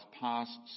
past